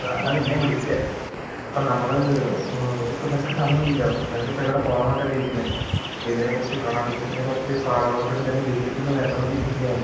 അതാ അതാ നിന്നെ വിളിച്ചേ അപ്പം നമ്മൾ ഇത് ഇപ്പം നിനക്ക് സമയില്ലല്ലോ നിനക്കിപ്പോൾ എങ്ങടോ പോകണമെന്ന് പറഞ്ഞിട്ടല്ലേ ഇരിക്കുന്നേ അപ്പൊ ഇതിനെ കുറിച്ച് കർണാട്ടിക്ക് മ്യൂസിക്കിൻ്റെ കുറച്ച് പാഠങ്ങളൊക്കെ എടുത്ത് തൻ്റെ വീട്ടിലേക്കൊന്ന് വരണമെന്നൊക്കെ ഇരിക്കിണ്ടയായിരുന്നു